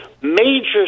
major